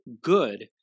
good